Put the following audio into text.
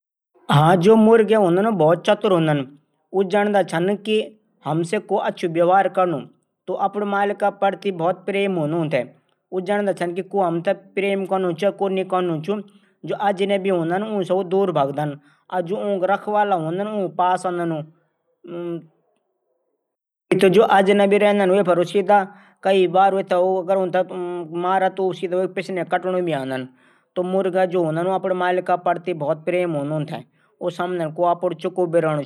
हाँ जू मुर्गा हूदन ऊ बहुत चतुर हूदन। ऊ जणडद छन की कु हरम दगड अछू व्यहवार कनूच। तू अपडी मालिके प्रति बहुत प्रेम हूदू ऊंथै। उ जणद छन की कु हमथे डराणू कू प्रेम कनू चू। जू अजनबी हूदन ऊंसे ऊ दूर भगदन। जू ऊःक रखवाला हूदन ऊंक पास आदन और जू अजनबी हूदन ऊंक पैथर भगद ऊ। कि कखी यू हमथै नुकसान नी पहुःचा।